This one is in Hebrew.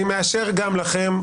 אני מאשר גם לכם.